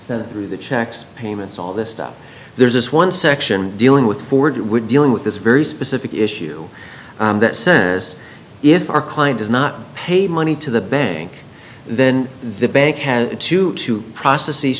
through the checks payments all this stuff there's this one section dealing with ford we're dealing with this very specific issue that says if our client does not pay money to the bank then the bank has to to process these